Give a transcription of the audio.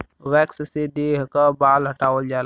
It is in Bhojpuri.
वैक्स से देह क बाल हटावल जाला